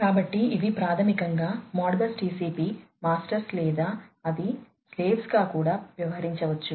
కాబట్టి ఇవి ప్రాథమికంగా మోడ్బస్ టిసిపి మాస్టర్స్ లేదా అవి స్లవెస్గా కూడా వ్యవహరించవచ్చు